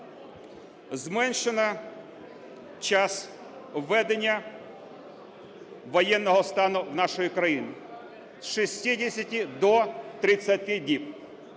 зменшено час введення воєнного стану в нашій країні з 60 до 30 діб.